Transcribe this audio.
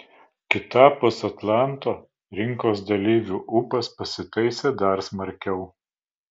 kitapus atlanto rinkos dalyvių ūpas pasitaisė dar smarkiau